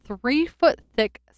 three-foot-thick